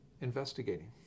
investigating